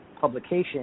publication